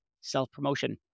self-promotion